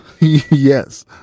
Yes